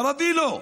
ערבי לא.